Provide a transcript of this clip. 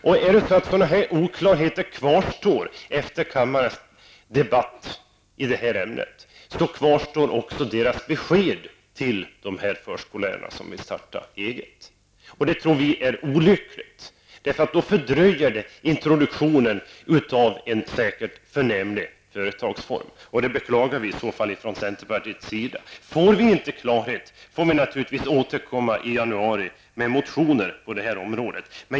Om det efter den här debatten kvarstår oklarheter i det här ärendet kvarstår också kravet på besked till förskollärarna som vill starta eget. Det skulle fördröja introduktionen av en förnämlig företagsform. Det beklagar vi från centerpartiets sida. Om vi inte får klarhet på det här området får vi naturligtvis återkomma i januari med motioner.